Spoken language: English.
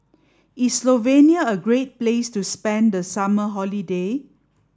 is Slovenia a great place to spend the summer holiday